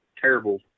terrible